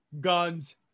guns